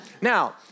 Now